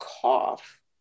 cough